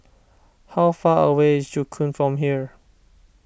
how far away is Joo Koon from here